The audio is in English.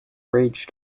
raged